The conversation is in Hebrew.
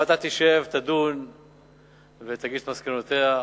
הוועדה תשב, תדון ותגיש את מסקנותיה.